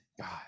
God